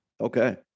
Okay